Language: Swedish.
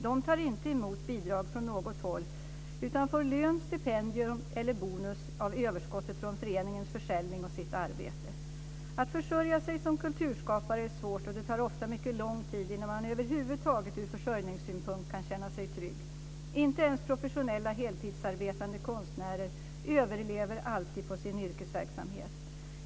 De tar inte emot bidrag från något håll utan får lön, stipendier eller bonus av överskottet från föreningens försäljning och sitt arbete. Att försörja sig som kulturskapare är svårt, och det tar ofta mycket lång tid innan man över huvud taget kan känna sig trygg ur försörjningssynpunkt. Inte ens professionella heltidsarbetande konstnärer överlever alltid på sin yrkesverksamhet.